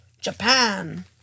Japan